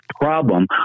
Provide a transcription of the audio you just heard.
problem